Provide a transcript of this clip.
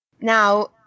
Now